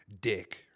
dick